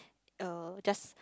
uh just